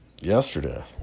yesterday